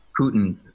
Putin